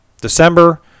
December